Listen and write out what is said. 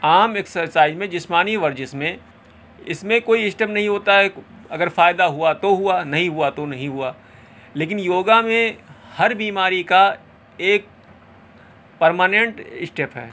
عام ایکسرسائز میں جسمانی ورزش میں اس میں کوئی اسٹیپ نہیں ہوتا ہے اگر فائدہ ہوا تو ہوا نہیں ہوا تو نہیں ہوا لیکن یوگا میں ہر بیماری کا ایک پرمانینٹ اسٹیپ ہے